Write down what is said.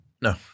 No